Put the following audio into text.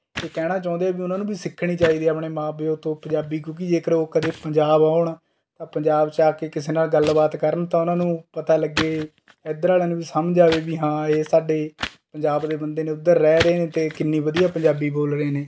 ਇਹ ਕਹਿਣਾ ਚਾਹੁੰਦੇ ਹਾਂ ਵੀ ਉਨ੍ਹਾਂ ਨੂੰ ਵੀ ਸਿੱਖਣੀ ਚਾਹੀਦੀ ਹੈ ਆਪਣੇ ਮਾਂ ਪਿਓ ਤੋਂ ਪੰਜਾਬੀ ਕਿਉਂਕਿ ਜੇਕਰ ਉਹ ਕਦੇ ਪੰਜਾਬ ਆਉਣ ਤਾਂ ਪੰਜਾਬ 'ਚ ਆ ਕੇ ਕਿਸੇ ਨਾਲ ਗੱਲਬਾਤ ਕਰਨ ਤਾਂ ਉਨ੍ਹਾਂ ਨੂੰ ਪਤਾ ਲੱਗੇ ਇੱਧਰ ਵਾਲਿਆਂ ਨੂੰ ਵੀ ਸਮਝ ਆਵੇ ਵੀ ਹਾਂ ਇਹ ਸਾਡੇ ਪੰਜਾਬ ਦੇ ਬੰਦੇ ਨੇ ਉੱਧਰ ਰਹਿ ਰਹੇ ਨੇ ਅਤੇ ਕਿੰਨੀ ਵਧੀਆ ਪੰਜਾਬੀ ਬੋਲ਼ ਰਹੇ ਨੇ